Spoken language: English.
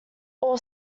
all